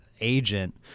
agent